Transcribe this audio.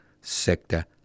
sector